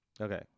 Okay